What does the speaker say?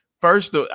first